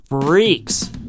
freaks